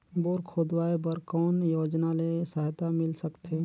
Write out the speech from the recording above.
Bore खोदवाय बर कौन योजना ले सहायता मिल सकथे?